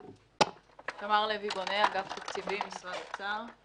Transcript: אני תמר לוי בונה, אגף התקציבים משרד האוצר.